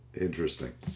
Interesting